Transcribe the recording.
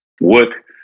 work